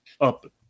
up